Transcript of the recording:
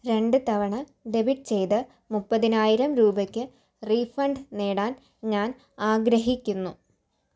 രണ്ട് തവണ ഡെബിറ്റ് ചെയ്ത മുപ്പതിനായിരം രൂപയ്ക്ക് റീഫണ്ട് നേടാൻ ഞാൻ ആഗ്രഹിക്കുന്നു